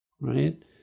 Right